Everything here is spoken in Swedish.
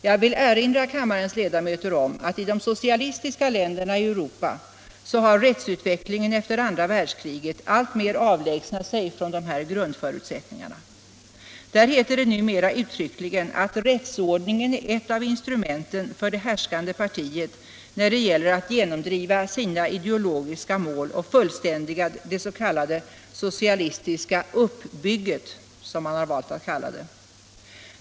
Jag vill erinra kammarens ledamöter om att i de socialistiska länderna i Europa har rättsutvecklingen efter andra världskriget alltmer avlägsnat sig från de här grundförutsättningarna. Där heter det numera uttryckligen att rättsordningen är ett av instrumenten för det härskande partiet när det gäller att genomdriva dess ideologiska mål och fullständiga det s.k. ”uppbygget”, som man har valt att kalla det.